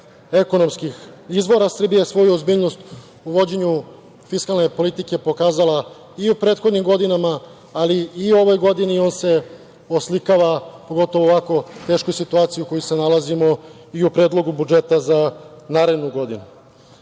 ekonomskih izvora. Srbija je svoju ozbiljnost u vođenju fiskalne politike pokazala i u prethodnim godinama, ali i u ovoj godini i on se oslikava, pogotovo u ovako teško situaciji u kojoj se nalazimo i o Predlogu budžeta za narednu godinu. Srbija